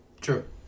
true